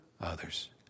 others